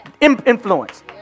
influence